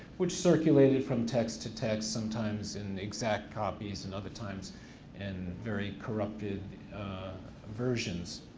which circulated from text to text, sometimes in exact copies and other times in very corrupted versions.